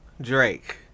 Drake